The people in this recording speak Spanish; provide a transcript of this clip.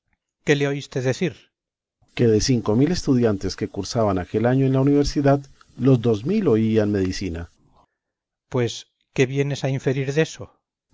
qué le oíste decir berganza que de cinco mil estudiantes que cursaban aquel año en la universidad los dos mil oían medicina cipión pues qué vienes a inferir deso